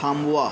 थांबवा